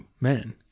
men